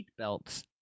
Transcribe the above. Seatbelts